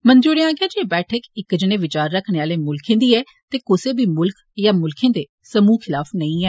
मंत्री होरें आक्खेआ एह् बैठक इक्कै जनेह् विचार रक्खने आले मुल्खें दी ऐ ते कुसै बी मुल्ख दा मुल्खें दे समूह खिलाफ नेंई ऐ